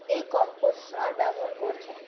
এই কম্পোস্ট সার ব্যবহার করছে